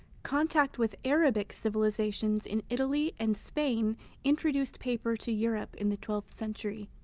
contact with arabic civilizations in italy and spain introduced paper to europe in the twelfth century.